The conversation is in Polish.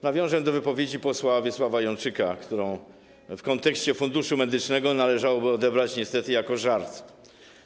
Nawiążę do wypowiedzi posła Wiesława Janczyka, którą w kontekście Funduszu Medycznego należałoby niestety odebrać jako żart.